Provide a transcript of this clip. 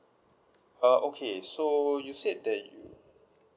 ah okay so you said that you